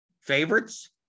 favorites